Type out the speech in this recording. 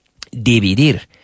Dividir